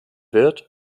wird